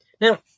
Now